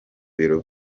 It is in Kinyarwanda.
biro